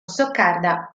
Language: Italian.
stoccarda